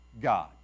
God